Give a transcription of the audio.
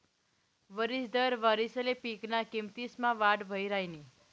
वरिस दर वारिसले पिकना किमतीसमा वाढ वही राहिनी